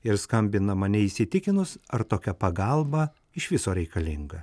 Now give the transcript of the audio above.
ir skambinama neįsitikinus ar tokia pagalba iš viso reikalinga